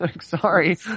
Sorry